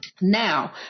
Now